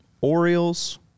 Orioles